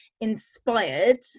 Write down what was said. inspired